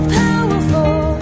powerful